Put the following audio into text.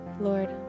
Lord